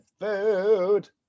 food